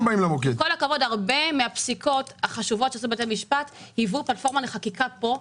עם כל הכבוד הרבה מהפסיקות של בתי המשפט היוו פלטפורמה לחקיקה בכנסת,